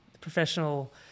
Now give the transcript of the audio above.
professional